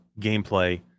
gameplay